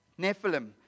Nephilim